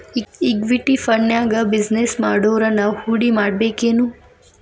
Equity ಫಂಡ್ನ್ಯಾಗ business ಮಾಡೊವ್ರನ ಹೂಡಿಮಾಡ್ಬೇಕೆನು?